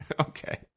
Okay